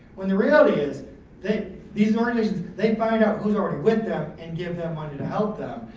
when the reality is that these organizations they find out who's already with them and give them money to help them.